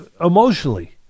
emotionally